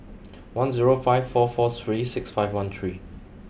one zero five four four three six five one three